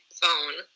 phone